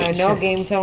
and no games